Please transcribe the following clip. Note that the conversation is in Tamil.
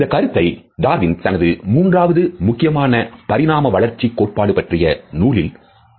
இந்தக் கருத்தை டார்வின் தனது மூன்றாவது முக்கியமான பரிணாம வளர்ச்சி கோட்பாடு பற்றிய நூலில் குறிப்பிடுகிறார்